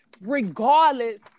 regardless